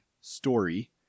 story